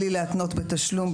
בלי להתנות בתשלום,